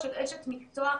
פשוט מבחינת סדרי עדיפויות,